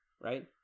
right